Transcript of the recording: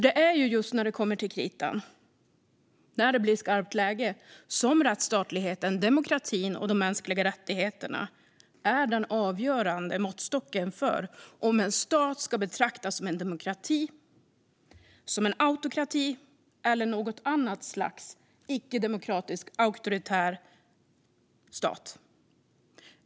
Det är nämligen just när det kommer till kritan, när det blir skarpt läge, som rättsstatligheten, demokratin och de mänskliga rättigheterna är den avgörande måttstocken för om en stat ska betraktas som en demokrati, som en autokrati eller som något annat slags icke-demokratisk auktoritär stat.